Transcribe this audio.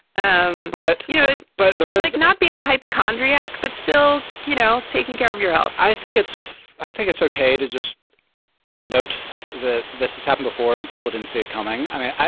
um but, you know. but the rule is like not being a hypochondriac, but still, you know, taking care of your health i think it's i think it's okay to just note that this has happened before and people didn't see it coming. i